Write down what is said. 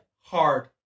Hard